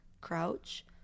crouch